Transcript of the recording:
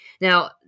Now